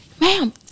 ma'am